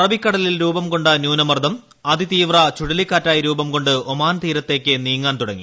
അറബിക്കടലിൽ രൂപംകൊണ്ട ന്യൂനമർദ്ദം അതിതീവ്രി ചുഴലിക്കാറ്റായി രൂപംകൊണ്ട് ഒമാൻ തീരത്തേക്ക് നീങ്ങാൻ തടുങ്ങി